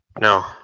No